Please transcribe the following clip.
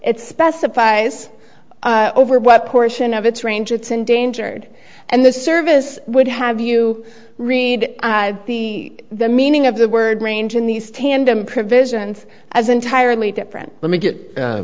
it specifies over what portion of its range its endangered and the service would have you read the meaning of the word range in these tandem provisions as entirely different let me get